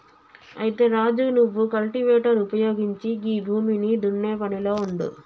అయితే రాజు నువ్వు కల్టివేటర్ ఉపయోగించి గీ భూమిని దున్నే పనిలో ఉండు